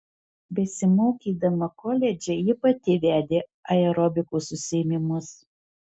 besimokydama koledže ji pati vedė aerobikos užsiėmimus